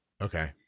Okay